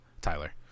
Tyler